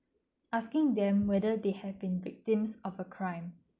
asking them whether they have been victims of a crime